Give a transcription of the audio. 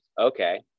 okay